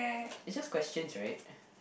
it's just questions right